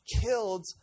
killed